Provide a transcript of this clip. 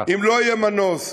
אם לא יהיה מנוס,